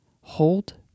Hold